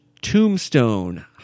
Tombstone